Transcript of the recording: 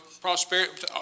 prosperity